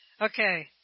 Okay